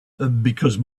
because